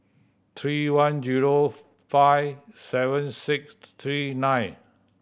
three one zero five seven six three nine